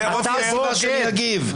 חנוך ועופר --- אתה הסיבה שאני אגיב.